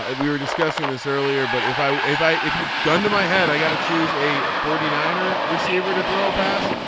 ah we were discussing this earlier but if i if i if you gun to my head i got to choose a forty niner receiver to throw a pass.